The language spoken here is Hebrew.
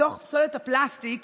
מתוך פסולת הפלסטיק